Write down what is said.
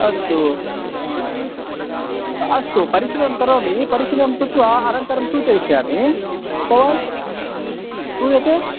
अस्तु अस्तु परिशीलनं करोमि परिशीलनं कृत्वा अनन्तरं सूचयिष्यामि भवान् श्रूयते